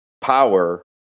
power